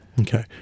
Okay